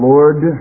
Lord